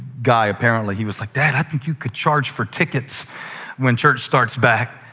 guy, apparently. he was like, dad, i think you could charge for tickets when church starts back.